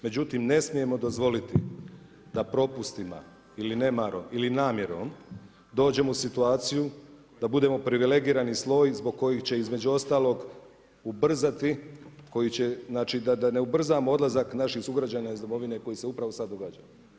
Međutim, ne smijemo dozvoliti da propustima ili nemarom ili namjerom dođemo u situaciju da budemo privilegirani sloj zbog kojih će između ostalog ubrzati, koji će, znači da ne ubrzamo odlazak naših sugrađana iz Domovine koji se upravo sad događa.